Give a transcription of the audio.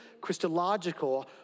Christological